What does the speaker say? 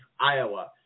Iowa